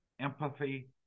empathy